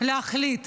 להחליט